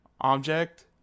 object